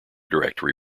directory